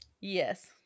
Yes